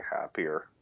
happier